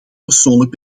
persoonlijk